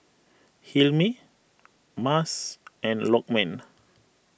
Hilmi Mas and Lokman